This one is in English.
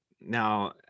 Now